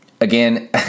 again